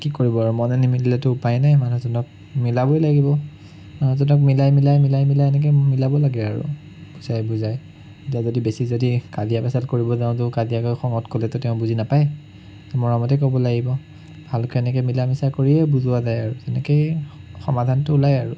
কি কৰিব আৰু মনে নিমিলিলেতো উপাই নাই মানুহজনক মিলাবই লাগিব তাৰপাছতে তাক মিলাই মিলাই মিলাই মিলাই এনেকৈ মিলাব লাগে আৰু বুজাই বুজাই এতিয়া যদি বেছি যদি কাজিয়া পেছাল কৰিব যাওঁতো কাজিয়া কৰি খঙত ক'লেতো তেওঁ বুজি নাপায় মৰমতেই ক'ব লাগিব ভালকৈ এনেকৈ মিলা মিছা কৰিয়েই বুজোৱা যায় আৰু তেনেকেই সমাধানটো ওলায় আৰু